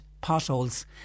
potholes